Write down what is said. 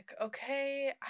okay